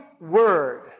word